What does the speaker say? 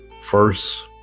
first